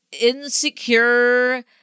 insecure